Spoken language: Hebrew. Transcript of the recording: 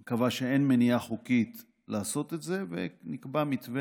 היא קבעה שאין מניעה חוקית לעשות את זה ונקבע מתווה